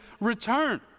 return